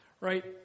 right